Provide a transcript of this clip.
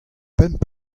pemp